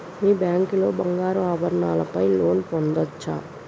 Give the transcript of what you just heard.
మీ bank లో బంగారు ఆభరణాల పై లోన్ పొందచ్చా?